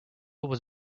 was